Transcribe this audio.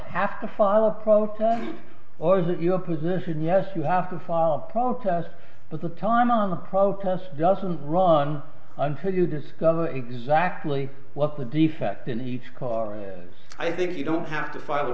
have to file a protest or is it your position yes you have to file a protest but the time on the protest doesn't run until you discover exactly what the defect in the car is i think you don't have to file a